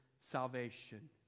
salvation